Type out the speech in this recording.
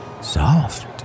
Soft